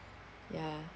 ya